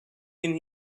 been